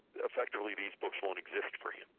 effectively these books won't exist for him,